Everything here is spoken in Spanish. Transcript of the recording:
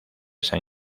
san